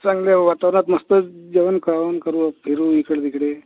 चांगल्या वातावरनात मस्त जेवन खावन करू फिरू इकडे तिकडे